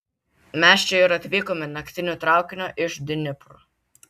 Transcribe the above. mes čia ir atvykome naktiniu traukiniu iš dnipro